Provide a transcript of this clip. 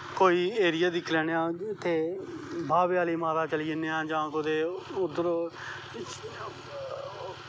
कोई एरिया दिक्खी लैन्नें आं उत्थें बाह्वे आह्ली माता चली जन्नें आं जां उत्थें